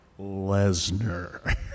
Lesnar